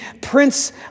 prince